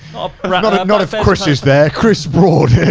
but not um not if chris is there. chris broad.